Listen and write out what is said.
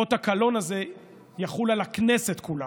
אות הקלון הזה יחול על הכנסת כולה.